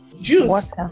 juice